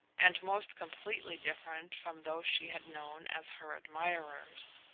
and most completely different from those she had known as her admirers.